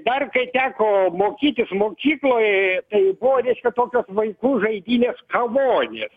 dar kai teko mokytis mokykloje tai buvo reiškia tokios vaikų žaidynės kavonės